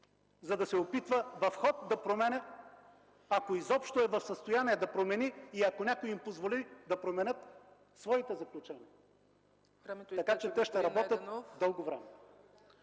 за да се опитва в ход да променя, ако изобщо е в състояние да промени и ако някой им позволи да променят своите заключения. ПРЕДСЕДАТЕЛ ЦЕЦКА ЦАЧЕВА: Времето